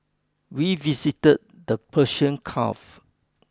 we visited the Persian Gulf